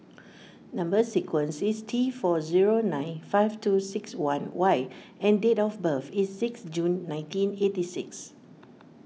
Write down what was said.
Number Sequence is T four zero nine five two six one Y and date of birth is six June nineteen eighty six